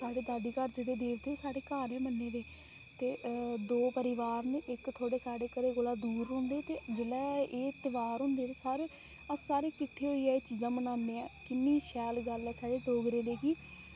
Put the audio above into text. जेह्ड़े साढ़े दादी घर देवते ओह् साढ़े घर बी मन्ने दे ते दौ परिवार न इक्क ते साढ़े घरै कोला दूर रौहंदे ते जेल्लै एह् इतवार अस सारे किट्ठे होइयै एह् चीज़ां मनाने आं किन्नी शैल गल्ल ऐ साढ़े डोगरें दी कि